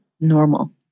normal